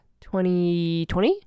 2020